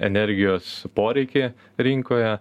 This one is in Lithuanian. energijos poreikį rinkoje